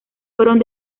fueron